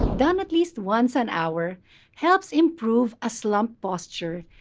done at least once an hour helps improve a slump posture,